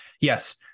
Yes